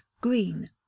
Green